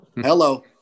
Hello